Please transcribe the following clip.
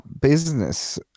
business